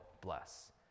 bless